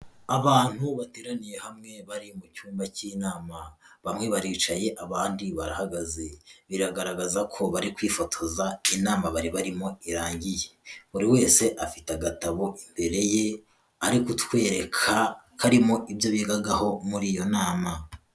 Abantu bateraniye hamwe bari mu cyumba cy'inama bamwe baricaye abandi barahagaze, biragaragaza ko bari kwifotoza inama bari barimo irangiye, buri wese afite agatabo imbere ye ari kutwereka karimo ibyo bigagaho muri iyo nama.